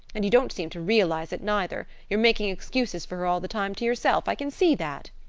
and you don't seem to realize it, neither you're making excuses for her all the time to yourself i can see that.